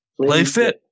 PlayFit